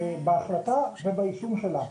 בהחלטה וביישום שלה.